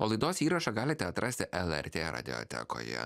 o laidos įrašą galite atrasti lrt radiotekoje